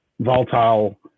volatile